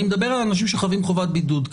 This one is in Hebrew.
אני מדבר על אנשים שחבים חובת בידוד.